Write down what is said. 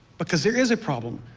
because there is problem.